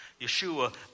Yeshua